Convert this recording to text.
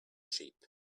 sheep